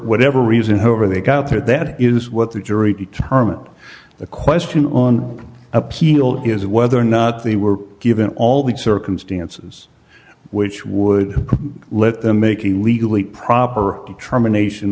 whatever reason however they got through that is what the jury determined the question on appeal is whether or not they were given all the circumstances which would let them make a legally proper determination